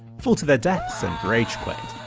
fall to their deaths and ragequit.